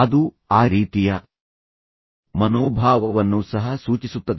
ಅದು ಆ ರೀತಿಯ ಮನೋಭಾವವನ್ನು ಸಹ ಸೂಚಿಸುತ್ತದೆ